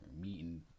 meeting